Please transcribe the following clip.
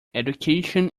education